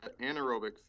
anaerobic